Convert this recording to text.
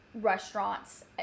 restaurants